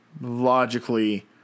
logically